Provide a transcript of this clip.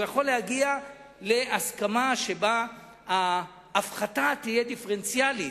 הוא יכול להגיע להסכמה שבה ההפחתה תהיה דיפרנציאלית.